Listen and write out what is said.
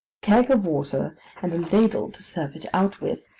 keg of water and a ladle to serve it out with,